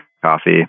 Coffee